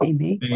Amen